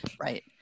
Right